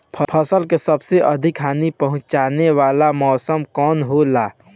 फसल के सबसे अधिक हानि पहुंचाने वाला मौसम कौन हो ला?